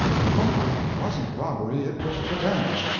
the motive wasn't robbery it was revenge.